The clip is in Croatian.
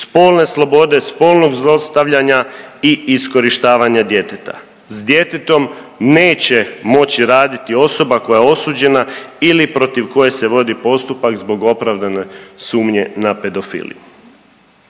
spolne slobode, spolnog zlostavljanja i iskorištavanja djeteta. S djetetom neće moći raditi osoba koja je osuđena ili protiv koje se vodi postupak zbog opravdane sumnje na pedofiliju.